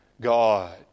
God